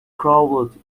crawled